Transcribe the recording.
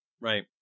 Right